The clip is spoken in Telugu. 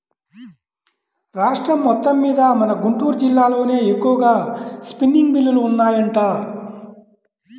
రాష్ట్రం మొత్తమ్మీద మన గుంటూరు జిల్లాలోనే ఎక్కువగా స్పిన్నింగ్ మిల్లులు ఉన్నాయంట